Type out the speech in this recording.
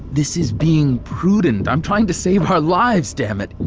this is being prudent i'm trying to save our lives, damn it and